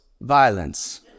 violence